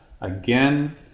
again